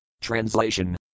Translation